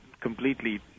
completely